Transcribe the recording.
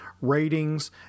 ratings